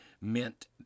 meant